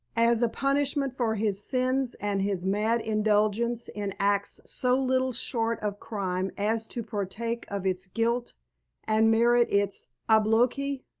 as a punishment for his sins and his mad indulgence in acts so little short of crime as to partake of its guilt and merit its obloquy?